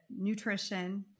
nutrition